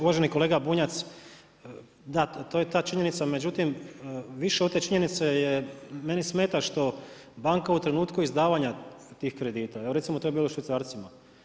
Uvaženi kolega Bunjac, da to je ta činjenica, međutim, više od te činjenice, meni smeta što banka u trenutku izdavanja tih kredita, evo recimo to je bilo u švicarcima.